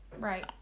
Right